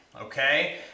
Okay